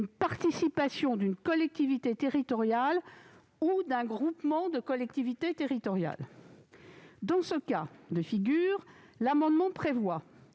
participation d'une collectivité territoriale ou d'un groupement de collectivités territoriales. Dans ce cas de figure, la présente